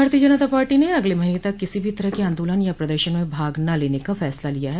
भारतीय जनता पार्टी ने अगले महीने तक किसी भी तरह के आन्दोलन या प्रदर्शन में भाग न लेने का फैसला लिया है